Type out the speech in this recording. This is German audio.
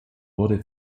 wurde